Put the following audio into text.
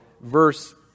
verse